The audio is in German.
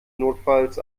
notfalls